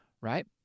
right